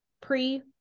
pre